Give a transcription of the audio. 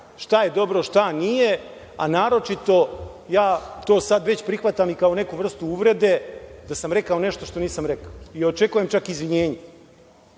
šta je dobro, šta nije, a naročito ja to sada već prihvatam kao neku vrstu uvrede da sam rekao što nisam rekao. Očekujem čak izvinjenje.